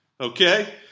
Okay